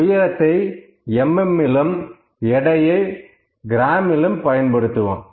உயரத்தை mmலும் எடையை கிராமிலும் பயன்படுத்துவோம்